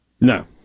No